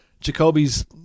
Jacoby's –